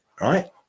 right